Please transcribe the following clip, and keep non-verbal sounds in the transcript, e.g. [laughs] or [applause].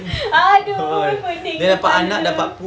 [laughs] !aduh! peningnya kepala